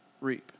reap